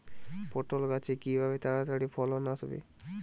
পটল গাছে কিভাবে তাড়াতাড়ি ফলন আসবে?